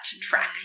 track